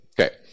Okay